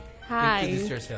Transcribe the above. Hi